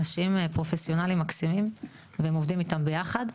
אנשים פרופסיונליים מקסימים והם עובדים איתם ביחד.